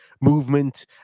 movement